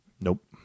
Nope